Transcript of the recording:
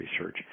research